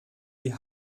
die